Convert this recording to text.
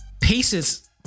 paces